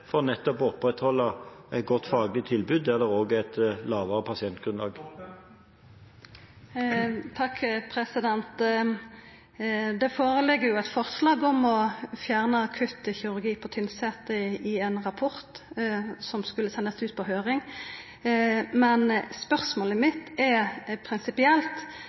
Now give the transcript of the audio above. for å opprettholde et godt faglig tilbud der det også er et lavere pasientgrunnlag. Det føreligg i ein rapport som skulle sendast på høyring, eit forslag om å fjerna akutt kirurgi på Tynset. Men spørsmålet mitt er prinsipielt: